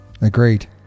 Agreed